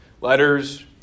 letters